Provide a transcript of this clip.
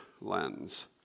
lens